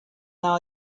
now